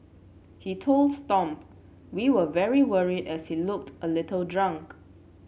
he told Stomp we were very worried as he looked a little drunk